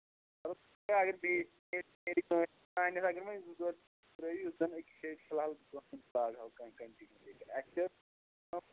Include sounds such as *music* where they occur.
*unintelligible* تانٮ۪تھ اَگر وۄںۍ زٕ ژور ترٛٲیِو یُس زَن *unintelligible* فِلحال *unintelligible*